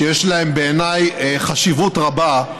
שיש להם בעיניי חשיבות רבה,